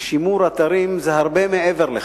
ושימור אתרים זה הרבה מעבר לכך.